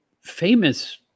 famous